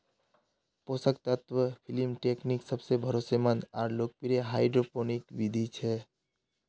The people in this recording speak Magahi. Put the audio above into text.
पोषक तत्व फिल्म टेकनीक् सबसे भरोसामंद आर लोकप्रिय हाइड्रोपोनिक बिधि छ